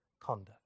conduct